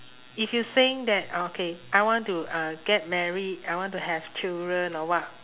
if you think that okay I want to uh get married I want to have children or what